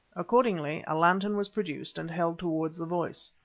accordingly a lantern was produced and held towards the voice.